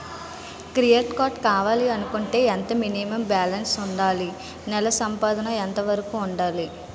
Credit card కావాలి అనుకుంటే ఎంత మినిమం బాలన్స్ వుందాలి? నెల సంపాదన ఎంతవరకు వుండాలి?